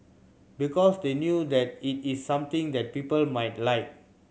because they know that it is something that people might like